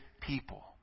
people